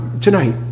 tonight